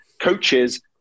coaches